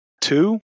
Two